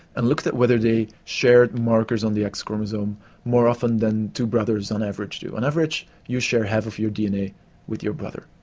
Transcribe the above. and looked at whether they shared markers on the x chromosome more often than two brothers on average do. on average you share half of your dna with your brother.